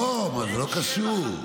לא, זה לא קשור.